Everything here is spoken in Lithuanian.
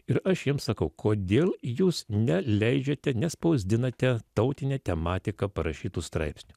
ir aš jiems sakau kodėl jūs neleidžiate nespausdinate tautine tematika parašytų straipsnių